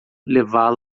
levá